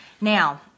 Now